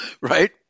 Right